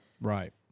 Right